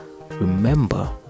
Remember